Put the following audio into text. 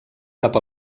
cap